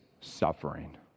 suffering